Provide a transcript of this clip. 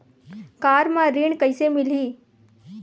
Car म ऋण कइसे मिलही?